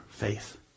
faith